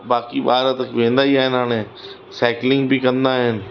बाक़ी ॿार त वेंदा ई आहिनि हाणे साइकिलिंग बि कंदा आहिनि